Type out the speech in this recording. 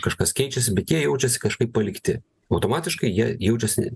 kažkas keičiasi bet jie jaučiasi kažkaip palikti automatiškai jie jaučiasi